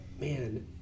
man